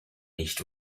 nicht